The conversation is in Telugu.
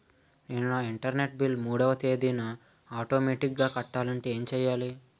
నేను నా ఇంటర్నెట్ బిల్ మూడవ తేదీన ఆటోమేటిగ్గా కట్టాలంటే ఏం చేయాలి?